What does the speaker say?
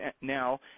now